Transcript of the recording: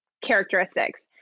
characteristics